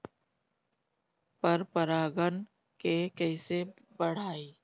पर परा गण के कईसे बढ़ाई?